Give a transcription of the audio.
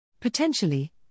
Potentially